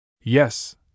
Yes